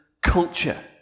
culture